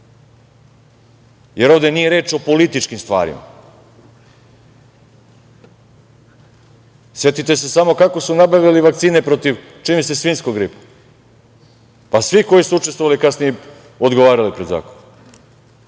jer ovde nije reč o političkim stvarima. Setite se samo kako su nabavili vakcine protiv, čini mi se, svinjskog gripa, pa svi koji su učestvovali kasnije, odgovarali pred zakonom.